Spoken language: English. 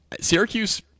Syracuse